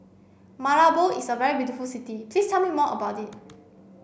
Malabo is a very beautiful city please tell me more about it